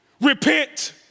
Repent